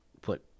put